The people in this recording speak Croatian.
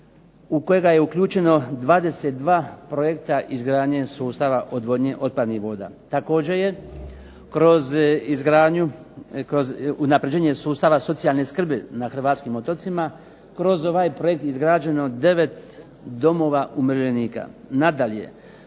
u kojega je uključeno 22 projekta izgradnje sustava odvodnje otpadnih voda. Također je kroz unapređenje sustava socijalne skrbi na hrvatskim otocima kroz ovaj projekt izgrađeno 9 domova umirovljenika.